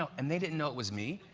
and they didn't know it was me.